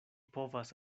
povas